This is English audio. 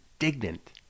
indignant